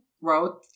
wrote